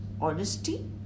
honesty